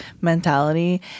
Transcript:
mentality